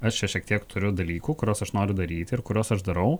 aš čia šiek tiek turiu dalykų kuriuos aš noriu daryti ir kuriuos aš darau